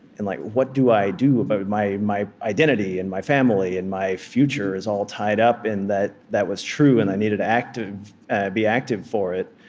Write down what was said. and like what do i do about my my identity and my family? and my future is all tied up in that that was true, and i needed to be active for it.